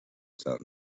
town